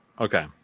Okay